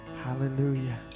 Hallelujah